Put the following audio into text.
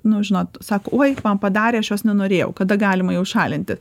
nu žinot sako oi man padarė aš jos nenorėjau kada galima jau nušalinti